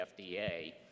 FDA